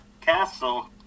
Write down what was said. castle